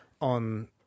on